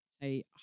say